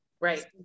Right